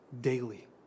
daily